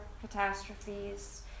catastrophes